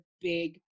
big